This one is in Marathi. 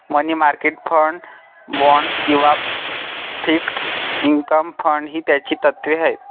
मनी मार्केट फंड, बाँड्स किंवा फिक्स्ड इन्कम फंड ही त्याची तत्त्वे आहेत